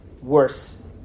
worse